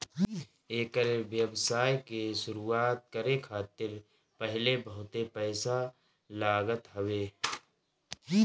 एकर व्यवसाय के शुरुआत करे खातिर पहिले बहुते पईसा लागत हवे